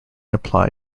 apply